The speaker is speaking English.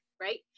right